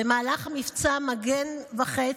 במהלך מבצע מגן וחץ,